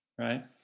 right